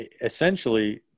essentially